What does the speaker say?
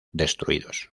destruidos